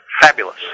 fabulous